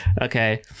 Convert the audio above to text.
Okay